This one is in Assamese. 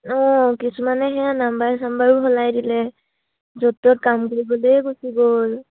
অঁ কিছুমানে সেয়া নাম্বাৰ চাম্বাৰো সলাই দিলে য'ত ত'ত কাম কৰিবলে গুচি গ'ল